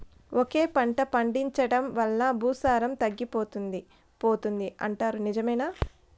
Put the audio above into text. ఒకే పంట పండించడం వల్ల భూసారం తగ్గిపోతుంది పోతుంది అంటారు నిజమేనా